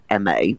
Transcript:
MA